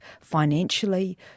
financially